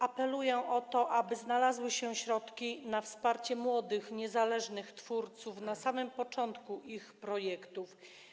Apeluję o to, aby znalazły się środki na wsparcie młodych, niezależnych twórców na samym początku realizacji ich projektów.